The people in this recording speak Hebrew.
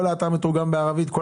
כל האתר מתורגם לערבית?